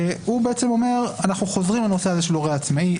אומר שאנחנו חוזרים לנושא הזה של ההורה העצמאי,